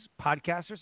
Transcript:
podcasters